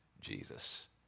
Jesus